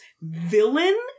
villain